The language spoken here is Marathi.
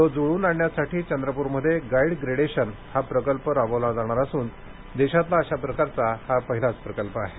तो जुळवून आणण्यासाठी चंद्रपूर मध्ये गाईड ग्रेडेशन हा प्रकल्प राबवला जाणार असून देशातला अश्या प्रकारचा हा पहिलाच प्रकल्प आहे